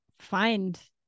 find